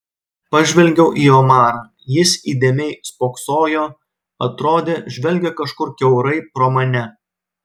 pažvelgiau į omarą jis įdėmiai spoksojo atrodė žvelgia kažkur kiaurai pro mane